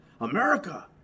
America